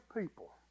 people